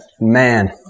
Man